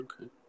Okay